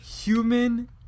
human